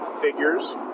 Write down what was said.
figures